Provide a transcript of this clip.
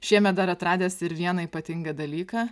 šiemet dar atradęs ir vieną ypatingą dalyką